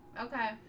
Okay